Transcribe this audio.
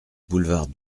boulevard